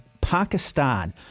Pakistan